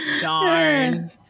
darn